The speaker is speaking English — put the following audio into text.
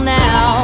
now